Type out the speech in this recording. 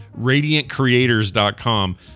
radiantcreators.com